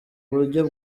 buryo